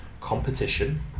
competition